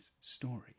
story